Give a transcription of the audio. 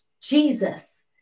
Jesus